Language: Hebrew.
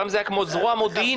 פעם זה היה כמו זרוע מודיעינית,